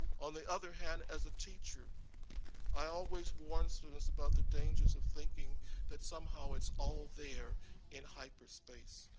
on the other hand, as a teacher i always warn students about the dangers of thinking that somehow it's all there in hyperspace.